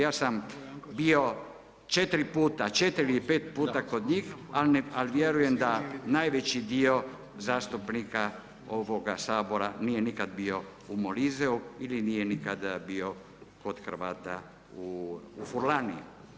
Ja sam bio 4 puta, 4 ili 5 puta kod njih ali vjerujem da najveći dio zastupnika ovoga Sabora nije nikad bio u Moliseu ili nije nikada bio kod Hrvata u Fulani.